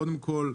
קודם כל,